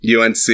unc